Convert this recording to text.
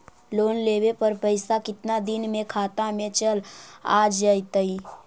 Loan लेब पर पैसा कितना दिन में खाता में चल आ जैताई?